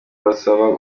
bazaba